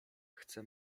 chcę